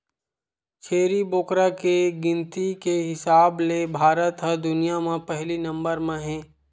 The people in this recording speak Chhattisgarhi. छेरी बोकरा के गिनती के हिसाब ले भारत ह दुनिया म पहिली नंबर म हे